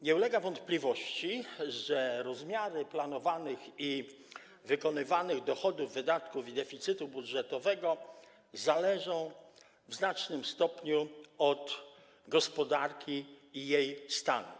Nie ulega wątpliwości, że rozmiary planowanych i wykonywanych dochodów, wydatków i deficytu budżetowego zależą w znacznym stopniu od gospodarki i jej stanu.